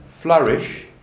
flourish